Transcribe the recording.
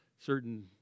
certain